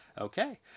Okay